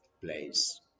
place